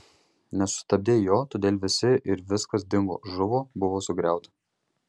nesustabdei jo todėl visi ir viskas dingo žuvo buvo sugriauta